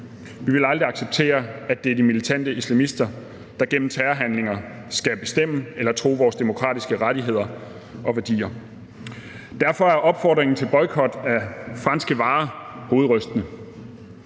Vi vil aldrig acceptere, at det er de militante islamister, der gennem terrorhandlinger skal bestemme eller true vores demokratiske rettigheder og værdier. Derfor er opfordringen til boykot af franske varer hovedrystende.